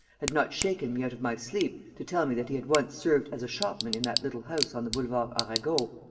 had not shaken me out of my sleep, to tell me that he had once served as a shopman in that little house on the boulevard arago,